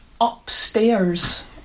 upstairs